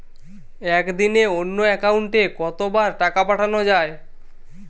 একদিনে অন্য একাউন্টে কত বার টাকা পাঠানো য়ায়?